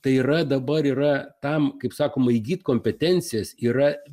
tai yra dabar yra tam kaip sakoma įgyt kompetencijas yra